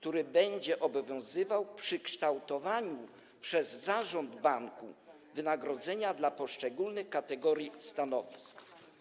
Ten próg będzie obowiązywał przy kształtowaniu przez zarząd banku wynagrodzenia dla poszczególnych kategorii stanowisk.